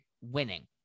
winning